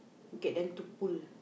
get them to pull